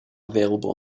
available